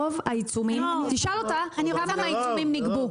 רוב העיצומים תשאל אותה כמה עיצומים נגבו.